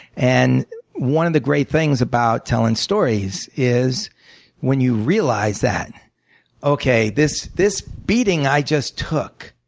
and one of the great things about telling stories is when you realize that okay, this this beating i just took,